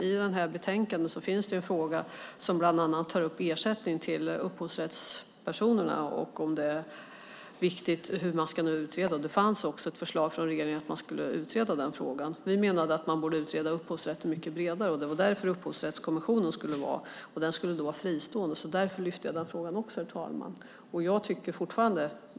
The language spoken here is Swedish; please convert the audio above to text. I det här betänkandet finns det en fråga som tar upp ersättning till upphovsrättspersonerna. Det är viktigt hur man ska utreda det. Det fanns ett förslag från regeringen om att man skulle utreda den frågan. Vi menade att man borde utreda upphovsrätten mycket bredare. Det var det upphovsrättskommissionen skulle vara till. Den skulle då vara fristående. Därför lyfte jag fram den frågan också, herr talman.